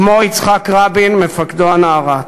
כמו יצחק רבין מפקדו הנערץ.